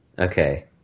Okay